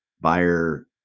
Buyer